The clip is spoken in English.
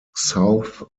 south